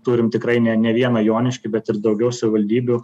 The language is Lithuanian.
turim tikrai ne ne vieną joniškį bet ir daugiau savivaldybių